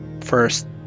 first